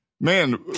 man